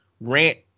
rant